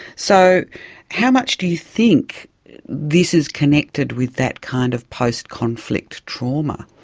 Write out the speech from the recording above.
so how much do you think this is connected with that kind of post-conflict trauma?